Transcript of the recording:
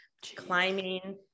climbing